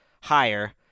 higher